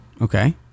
Okay